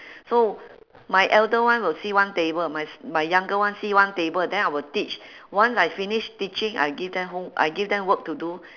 so my elder one will see one table my s~ my younger one see one table then I will teach once I finish teaching I give them home~ I give them work to do